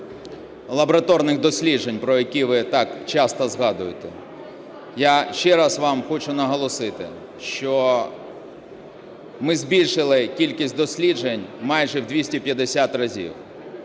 лабораторних досліджень, про які ви так часто згадуєте. Я ще раз вам хочу наголосити, що ми збільшили кількість досліджень майже в 250 разів.